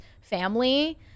family